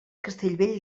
castellvell